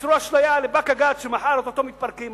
ותיצרו אשליה לבאקה ג'ת שמחר או-טו-טו מתפרקים.